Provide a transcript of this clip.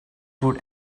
good